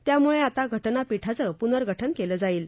त्यामुळे आता घटनापीठाचं पुनर्गठन केलं जाईल